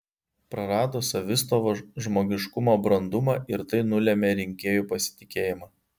prarado savistovą žmogiškumo brandumą ir tai nulėmė rinkėjų pasitikėjimą